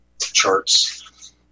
charts